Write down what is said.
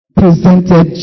presented